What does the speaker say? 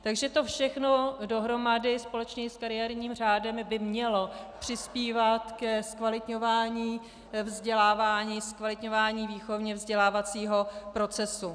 Takže to všechno dohromady společně s kariérním řádem by mělo přispívat ke zkvalitňování vzdělávání, zkvalitňování výchovněvzdělávacího procesu.